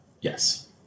Yes